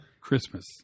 Christmas